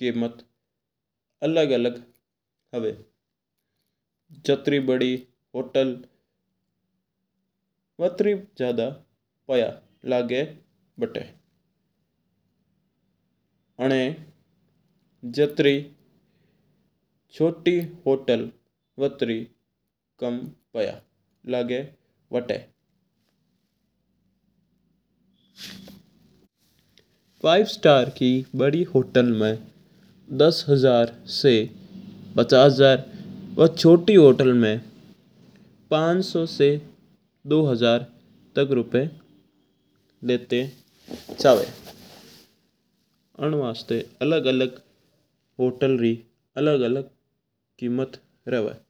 किम्मत अलग-अलग हुआ है। जत्री बड़ी होटल बातरो ज्यादा पय्यो लागे और जत्री छोटी होटल वट्टा जत्रा कम पया लगगे वता। फाइव स्टार की होटल मैं दस हजार सा लेकर पचास हजार री किम्मत हुआ है। छोटी होटल मैं पांच सौ सा दो हजार तक हुआ है अन्न वास्ता अलग अलग होटल री अलग-अलग कीमत हुआ है।